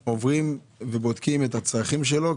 אתם באמת בודקים את הצרכים שלו.